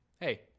Hey